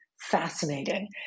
fascinating